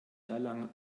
erlangen